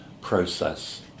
process